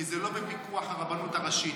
כי זה לא בפיקוח הרבנות הראשית.